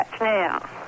now